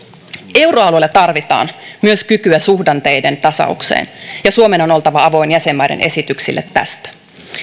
euroalueella tarvitaan myös kykyä suhdanteiden tasaukseen ja suomen on oltava avoin jäsenmaiden esityksille tästä